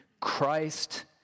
Christ